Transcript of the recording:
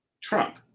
trump